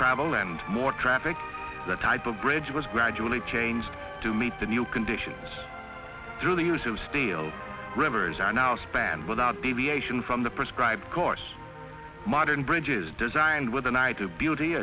travel and more traffic the type of bridge was gradually changed to meet the new conditions through the years of steel rivers are now spanned without deviation from the prescribed course modern bridges designed with an eye to beauty